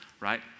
right